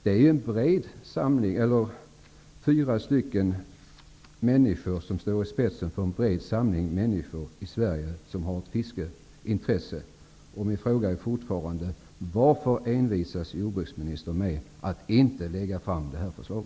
Det är en bred samling som står i spetsen för de många människor i Sverige som har ett fiskeintresse. Och jag undrar fortfarande: Varför envisas jordbruksministern med att inte lägga fram ett sådant förslag?